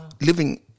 Living